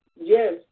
Yes